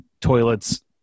toilets